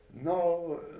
No